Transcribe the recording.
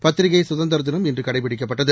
பத்திரிகை சுதந்திர தினம் இன்று கடைபிடிக்கப்பட்டது